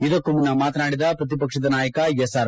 ಇದಕ್ಕೂ ಮುನ್ನ ಮಾತನಾಡಿದ ಪ್ರತಿಪಕ್ಷದ ನಾಯಕ ಎಸ್ ಆರ್